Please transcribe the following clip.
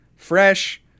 Fresh